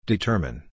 Determine